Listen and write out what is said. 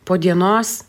po dienos